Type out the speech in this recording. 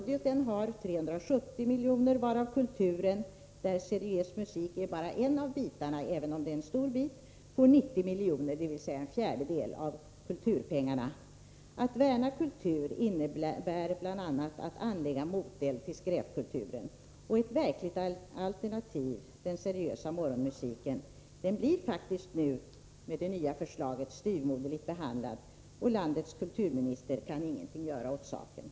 Därför avsattes 10 milj.kr. av dessa 100 milj.kr. till insatser för att motverka den könsuppdelade arbetsmarknaden och flickornas traditionella utbildningsoch yrkesval. 1. På vilket sätt har de anvisade 10 milj.kr. använts för att motverka den könsuppdelade arbetsmarknaden och flickornas traditionella yrkesval? 2. Hur kommer man att ta vara på de erfarenheter som man får under kampanjen?